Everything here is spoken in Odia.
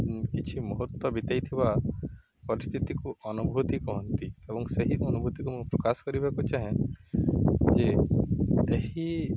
କିଛି ମୂହୁର୍ତ୍ତ ବିତେଇଥିବା ପରିସ୍ଥିତିକୁ ଅନୁଭୂତି କହନ୍ତି ଏବଂ ସେହି ଅନୁଭୂତିକୁ ମୁଁ ପ୍ରକାଶ କରିବାକୁ ଚାହେଁ ଯେ ଏହି